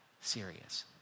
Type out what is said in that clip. serious